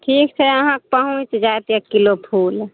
ठीक छै अहाँकेँ पहुँच जायत एक किलो फुल